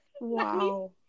Wow